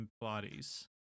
bodies